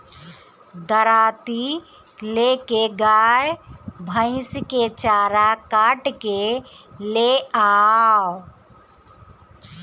दराँती ले के गाय भईस के चारा काट के ले आवअ